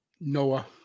Noah